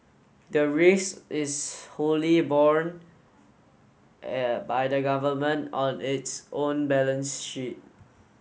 the risk is wholly borne by the government on its own balance sheet